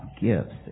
gifts